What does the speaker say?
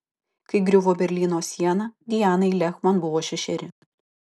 kai griuvo berlyno siena dianai lehman buvo šešeri